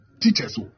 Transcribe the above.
Teachers